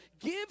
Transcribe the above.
give